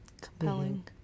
compelling